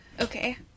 Okay